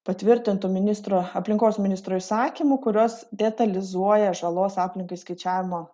patvirtintų ministro aplinkos ministro įsakymu kurios detalizuoja žalos aplinkai skaičiavimo